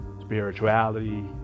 spirituality